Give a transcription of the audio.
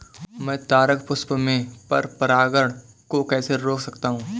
मैं तारक पुष्प में पर परागण को कैसे रोक सकता हूँ?